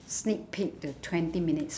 sneak peek to twenty minutes